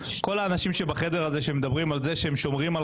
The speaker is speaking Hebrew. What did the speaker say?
כל האנשים שבחדר הזה שמדברים על זה שהם שומרים על